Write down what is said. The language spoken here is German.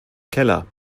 keller